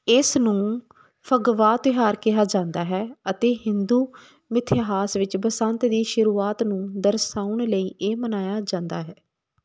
ਇਸ ਨੂੰ ਫਗਵਾ ਤਿਉਹਾਰ ਕਿਹਾ ਜਾਂਦਾ ਹੈ ਅਤੇ ਹਿੰਦੂ ਮਿਥਿਹਾਸ ਵਿੱਚ ਬਸੰਤ ਦੀ ਸ਼ੁਰੂਆਤ ਨੂੰ ਦਰਸਾਉਣ ਲਈ ਇਹ ਮਨਾਇਆ ਜਾਂਦਾ ਹੈ